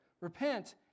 Repent